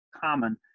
common